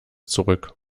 zurück